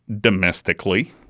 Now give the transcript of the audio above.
domestically